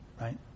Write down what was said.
Right